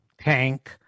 tank